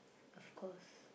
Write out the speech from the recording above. of course